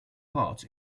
part